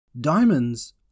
Diamonds